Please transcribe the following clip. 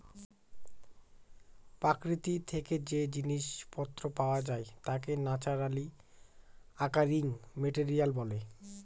প্রকৃতি থেকে যে জিনিস পত্র পাওয়া যায় তাকে ন্যাচারালি অকারিং মেটেরিয়াল বলে